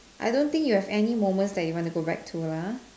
I don't think you will have any moments that you want to go back to lah ah